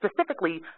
specifically